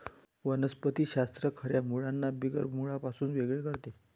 वनस्पति शास्त्र खऱ्या मुळांना बिगर मुळांपासून वेगळे करते